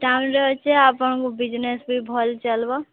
ଟାଉନ୍ରେ ଅଛି ଆପଣଙ୍କ ବିଜନେସ୍ ବି ଭଲ୍ ଚାଲିବ